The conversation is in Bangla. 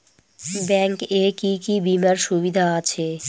ব্যাংক এ কি কী বীমার সুবিধা আছে?